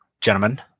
Gentlemen